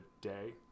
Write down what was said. day